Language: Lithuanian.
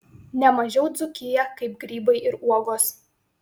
ne mažiau dzūkiją kaip grybai ir uogos